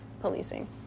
policing